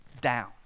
down